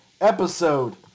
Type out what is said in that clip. episode